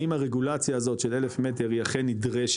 האם הרגולציה הזאת של 1,000 מטר היא אכן נדרשת?